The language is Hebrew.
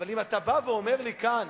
עכשיו, אני אומר לכם,